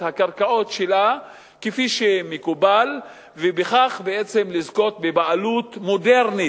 הקרקעות שלה כפי שמקובל ובכך בעצם לזכות בבעלות מודרנית,